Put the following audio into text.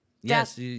Yes